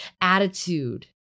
attitude